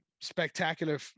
spectacular